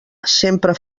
sempre